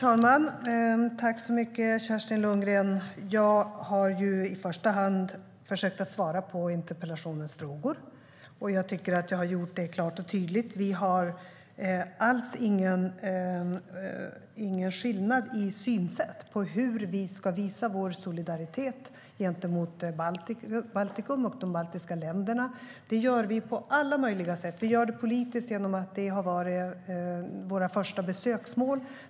Herr talman! Jag har i första hand försökt svara på frågorna i interpellationen, och jag tycker att jag gjort det klart och tydligt. Vi har alls ingen skillnad i synen på hur vi ska visa vår solidaritet gentemot Baltikum, de baltiska länderna. Det gör vi på alla möjliga sätt. Vi gör det politiskt genom att ha dem som vårt första besöksmål.